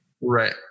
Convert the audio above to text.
Right